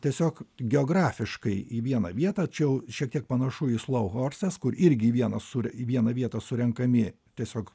tiesiog geografiškai į vieną vietą čia jau šiek tiek panašu į slau horses kur irgi vienas į vieną vietą surenkami tiesiog